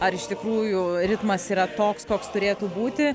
ar iš tikrųjų ritmas yra toks koks turėtų būti